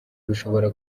bishobora